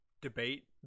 debate